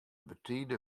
betide